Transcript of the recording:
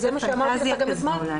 וזה מה שאמרתי לך גם אתמול,